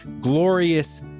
glorious